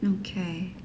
okay